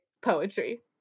poetry